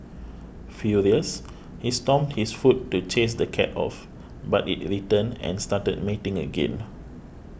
furious he stomped his foot to chase the cat off but it returned and started mating again